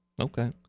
Okay